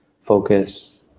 focus